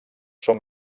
són